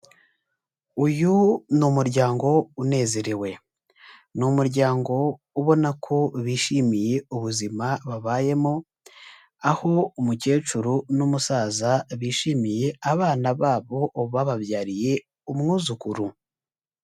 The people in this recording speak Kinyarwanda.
Uyu ni umuryango unezerewe, ni umuryango ubona ko bishimiye ubuzima babayemo, aho umukecuru n'umusaza bishimiye abana babo bababyariye umwuzukuru.